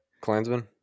Klansman